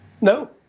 No